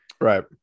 right